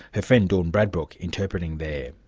her friend dawn bradbrook, interpreting there.